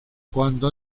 cuando